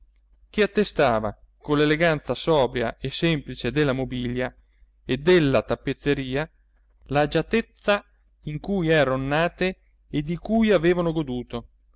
che attestava con l'eleganza sobria e semplice della mobilia e della tappezzeria l'agiatezza in cui eran nate e di cui avevano goduto